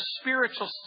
spiritual